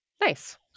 Nice